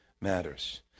matters